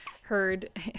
heard